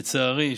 לצערי,